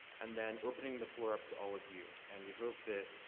and then opening the floor up to all of you. and we hope that,